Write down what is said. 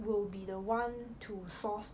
will be the one to source